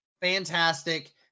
Fantastic